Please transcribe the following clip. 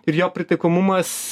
ir jo pritaikomumas